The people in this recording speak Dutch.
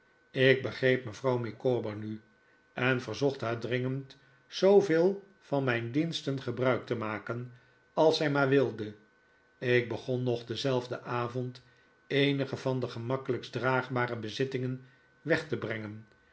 ik begreep mevrouw micawber nu en verzocht haar dringend zooveel van mijn diensten gebruik te maken als zij maar wilde ik begon nog dienzelfden avond eenige van de gemakkelijkst draagbare bezittingen weg te brengen